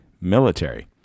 military